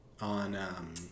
on